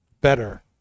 better